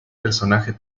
personaje